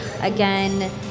again